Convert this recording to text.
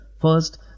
first